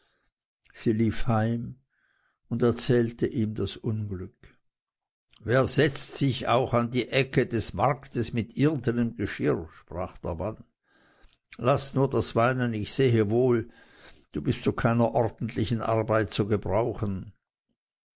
lief heim und erzählte ihm das unglück wer setzt sich auch an die ecke des marktes mit irdenem geschirr sprach der mann laß nur das weinen ich sehe wohl du bist zu keiner ordentlichen arbeit zu gebrauchen